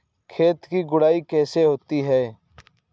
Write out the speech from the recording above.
खेत की गुड़ाई कैसे होती हैं?